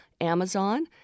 Amazon